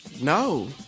No